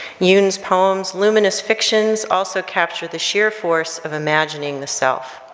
youn's poems luminous fictions also captured the sheer force of imagining the self.